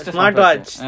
Smartwatch